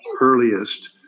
earliest